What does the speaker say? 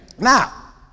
Now